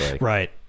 Right